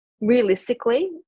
realistically